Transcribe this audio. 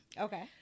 Okay